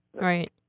Right